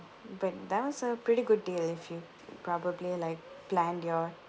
but that was a pretty good deal if you probably like planned your